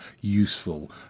useful